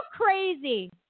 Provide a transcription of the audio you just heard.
crazy